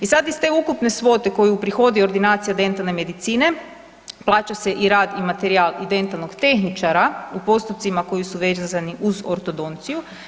I sad iz te ukupne svote koju uprihodi ordinacija dentalne medicine plaća se i rad i materijal i dentalnog tehničara u postupcima koji su vezani uz ortodonciju.